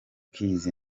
keys